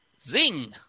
zing